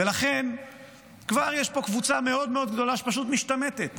ולכן כבר יש פה קבוצה מאוד מאוד גדולה שפשוט משתמטת,